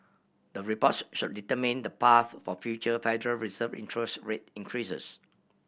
the reports should determine the path for future Federal Reserve interest rate increases